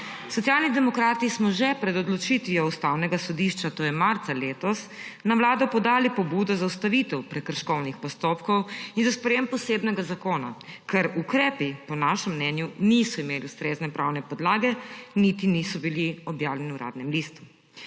Socialni demokrati smo že pred odločitvijo Ustavnega sodišča, to je marca letos, na Vlado podali pobudo za ustavitev prekrškovnih postopkov in za sprejetje posebnega zakona, ker ukrepi po našem mnenju niso imeli ustrezne pravne podlage niti niso bili objavljeni v Uradnem listu.